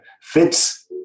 fits